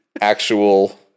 actual